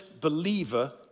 believer